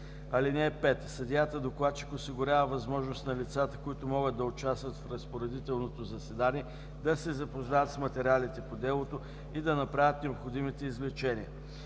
ищец. (5) Съдията-докладчик осигурява възможност на лицата, които могат да участват в разпоредителното заседание ,да се запознаят с материалите по делото и да направят необходимите извлечения.